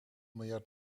miljard